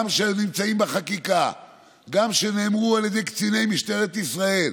גם אלו שנמצאות בחקיקה גם אלו שנאמרו על ידי קציני משטרת ישראל,